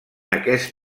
aquest